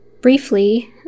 Briefly